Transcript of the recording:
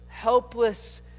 Helpless